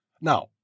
Now